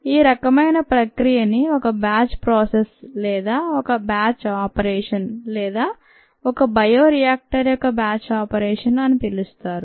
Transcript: ఈ రకమైన ప్రక్రియని ఒక బ్యాచ్ ప్రాసెస్ లేదా ఒక బ్యాచ్ ఆపరేషన్ లేదా ఒక బయోరియాక్టర్ యొక్క బ్యాచ్ ఆపరేషన్ అని పిలుస్తారు